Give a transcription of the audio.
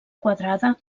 quadrada